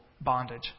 bondage